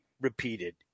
repeated